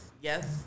yes